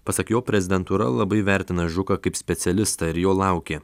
pasak jo prezidentūra labai vertina žuką kaip specialistą ir jo laukė